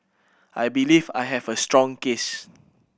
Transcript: I believe I have a strong case